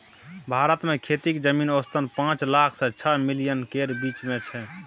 भारत मे खेतीक जमीन औसतन पाँच लाख सँ छअ मिलियन केर बीच मे छै